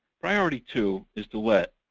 priority two is to let